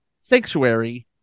Sanctuary